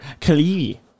Kali